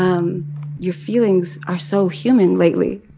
um your feelings are so human lately